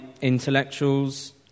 intellectuals